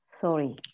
sorry